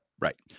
Right